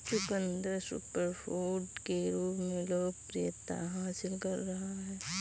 चुकंदर सुपरफूड के रूप में लोकप्रियता हासिल कर रहा है